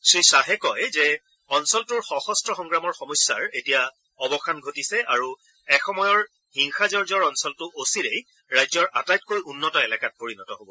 শ্ৰীখাহে কয় যে অঞ্চলটোৰ সশস্ত্ৰ সংগ্ৰামৰ সমস্যা এতিয়া সমাপ্ত হৈছে আৰু এসময়ৰ হিংস জৰ্জৰ অঞ্জলটো অচিৰেই ৰাজ্যৰ আটাইতকৈ উন্নত এলেকাত পৰিণত হ'ব